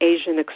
Asian